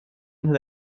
unter